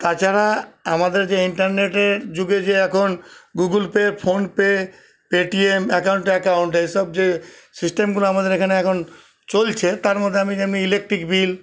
তাছাড়া আমাদের যে ইন্টারনেটের যুগে যে এখন Google pay PhonePe Paytm account ট্যাকাউন্ট এসব যে সিস্টেমগুলো আমাদের এখানে এখন চলছে তার মধ্যে আমি যেমনি ইলেকট্রিক বিল